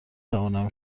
توانم